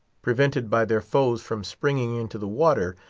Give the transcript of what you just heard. prevented by their foes from springing into the water,